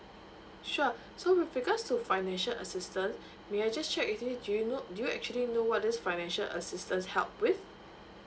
sure so with regards to financial assistance may I just check with you do you know do you actually know what is financial assistance help with